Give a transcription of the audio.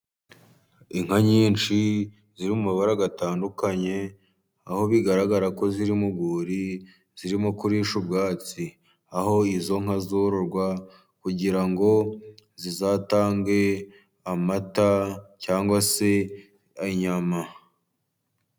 Inka nyinshi ziri mu mabara atandukanye, aho bigaragara ko ziri mu rwuri zirimo kurisha ubwatsi, aho izo nka zororwa kugira ngo zizatange amata cyangwa se inyama.